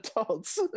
adults